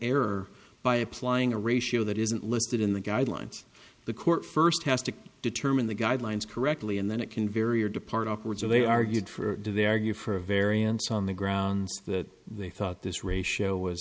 error by applying a ratio that isn't listed in the guidelines the court first has to determine the guidelines correctly and then it can vary or depart upwards or they argued for they argue for a variance on the grounds that they thought this ratio was